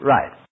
Right